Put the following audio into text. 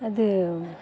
அது